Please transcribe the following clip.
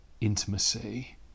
intimacy